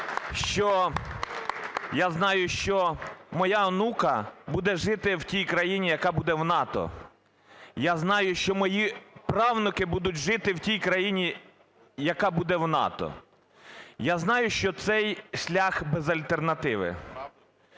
Я знаю, що моя онука буде жити в тій країні, яка буде в НАТО. Я знаю, що мою правнуки будуть жити в тій країні, яка буде в НАТО. Я знаю, що цей шлях без альтернативи.